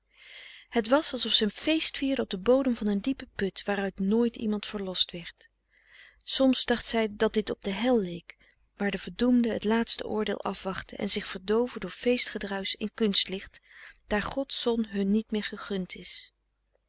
het was alsof ze feestvierde op den bodem van een diepen put waaruit nooit iemand verlost werd soms dacht zij dat dit op de hel leek waar de verdoemden het laatste oordeel afwachten en zich verdooven door feestgedruisch in kunstlicht daar gods zon hun niet meer gegund is